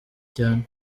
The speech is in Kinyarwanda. cyane